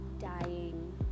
dying